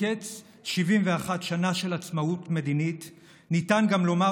מקץ 71 שנה של עצמאות מדינית ניתן גם לומר